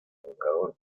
educador